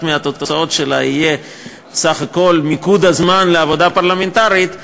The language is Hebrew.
מהתוצאות שלה תהיה סך הכול מיקוד הזמן לעבודה פרלמנטרית,